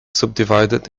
subdivided